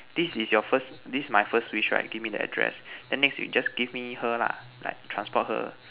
this is your first this is my first wish right give me the address then next wish give me her lah like transport her